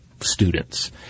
students